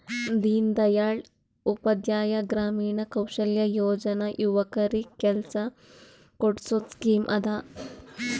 ದೀನ್ ದಯಾಳ್ ಉಪಾಧ್ಯಾಯ ಗ್ರಾಮೀಣ ಕೌಶಲ್ಯ ಯೋಜನಾ ಯುವಕರಿಗ್ ಕೆಲ್ಸಾ ಕೊಡ್ಸದ್ ಸ್ಕೀಮ್ ಅದಾ